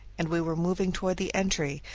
and we were moving toward the entry,